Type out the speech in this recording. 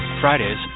Fridays